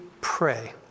pray